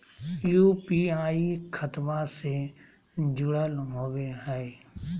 UPI खतबा से जुरल होवे हय?